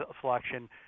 selection